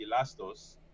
Elastos